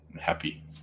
happy